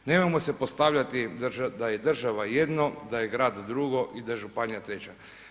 Nemojmo se postavljati da je država jedno, da je grad drugo i da je županija treća.